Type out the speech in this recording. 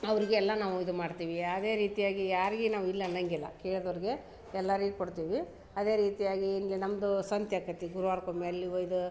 ಅವರಿಗೆಲ್ಲ ನಾವು ಇದು ಮಾಡ್ತೀವಿ ಯಾವ್ದೇ ರೀತಿಯಾಗಿ ಯಾರಿಗೂ ನಾವು ಇಲ್ಲ ಅನ್ನೊಂಗಿಲ್ಲ ಕೇಳ್ದವ್ರಿಗೆ ಎಲ್ಲರಿಗೆ ಕೊಡ್ತೀವಿ ಅದೇ ರೀತಿಯಾಗಿ ಇಲ್ಲಿ ನಮ್ಮದು ಸಂತೆ ಆಕ್ಯಾತಿ ಗುರುವಾರಕ್ಕೊಮ್ಮೆ ಅಲ್ಲಿ ಒಯ್ದು